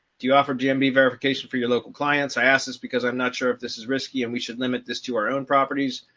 do you offer gmb verification for your local clients? i asked this because i'm not sure if this is risky. and we should limit this to our own properties.